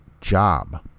job